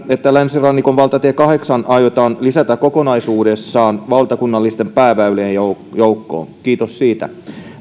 että länsirannikon valtatie kahdeksaan aiotaan lisätä kokonaisuudessaan valtakunnallisten pääväylien joukkoon kiitos siitä